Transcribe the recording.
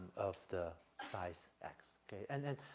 of the size x, okay? and then,